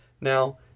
Now